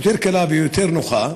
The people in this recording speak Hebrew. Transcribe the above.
יותר קלה ויותר נוחה.